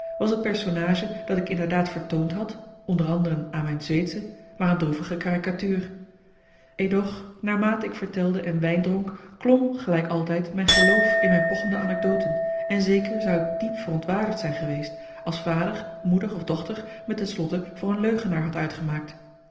was het personnage dat ik inderdaad vertoond had onder anderen aan mijn zweedsche maar een droevige caricatuur edoch naarmate ik vertelde en wijn dronk klom gelijk altijd mijn geloof in mijn pochende anecdoten en zeker zou ik diep verontwaardigd zijn geweest als vader moeder of dochter me ten slotte voor een leugenaar had uitgemaakt